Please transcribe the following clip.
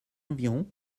environ